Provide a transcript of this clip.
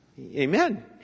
Amen